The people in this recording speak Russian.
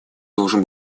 должен